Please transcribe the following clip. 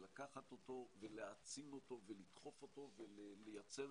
לקחת אותו ולהעצים אותו ולדחוף אותו ולייצר